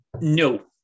No